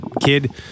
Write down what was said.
kid